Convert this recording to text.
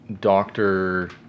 doctor